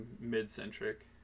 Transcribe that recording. mid-centric